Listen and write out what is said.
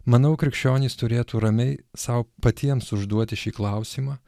manau krikščionys turėtų ramiai sau patiems užduoti šį klausimą